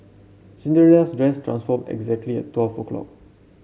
Cinderella's dress transformed exactly at twelve o'clock